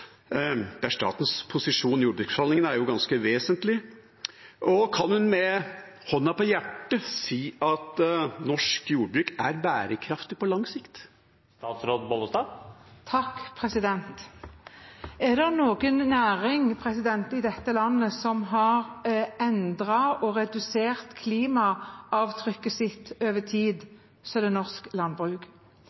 import, der statens posisjon i jordbruksforhandlingene jo er ganske vesentlig, og kan hun med hånda på hjertet si at norsk jordbruk er bærekraftig på lang sikt? Er det noen næring i dette landet som har endret og redusert klimaavtrykket sitt over tid, er det norsk landbruk.